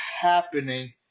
happening